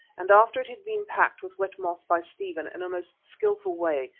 and after it had been packed with wet moss by stephen in a most skilful way,